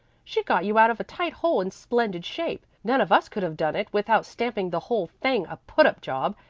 she got you out of a tight hole in splendid shape. none of us could have done it without stamping the whole thing a put-up job,